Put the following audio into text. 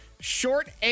short